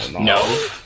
no